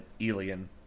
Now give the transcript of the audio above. Elian